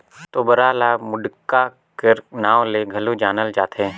तोबरा ल मुड़क्का कर नाव ले घलो जानल जाथे